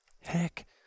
Heck